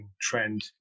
trend